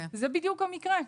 זה בדיוק המקרה.